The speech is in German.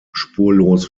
spurlos